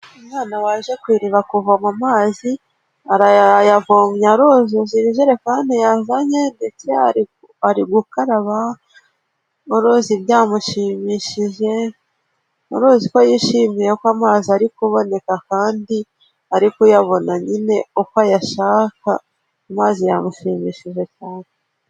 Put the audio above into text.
Umwana waje ku iriba kuvoma mazi, arayavomye aruzuza ibijerekani yazanye, ndetse ari gukara uruzi byamushimishije, uruzi ko yishimiye ko amazi ari kuboneka, kandi ari kuyabona nyine uko ayashaka, amazi yamushimishije cyane.